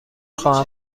خواهم